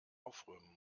aufräumen